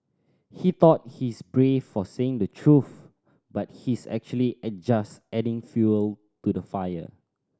he thought he's brave for saying the truth but he's actually just adding fuel to the fire